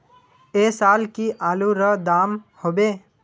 ऐ साल की आलूर र दाम होबे?